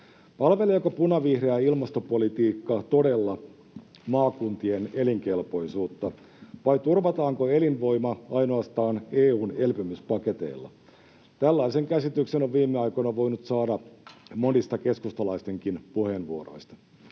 Palveleeko punavihreä ilmastopolitiikka todella maakuntien elinkelpoisuutta, vai turvataanko elinvoima ainoastaan EU:n elpymispaketeilla? Tällaisen käsityksen on viime aikoina voinut saada monista keskustalaistenkin puheenvuoroista.